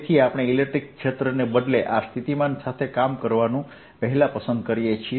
તેથી આપણે ઇલેક્ટ્રિક ક્ષેત્રને બદલે આ સ્થિતિમાન સાથે કામ કરવાનું પહેલા પસંદ કરીએ છીએ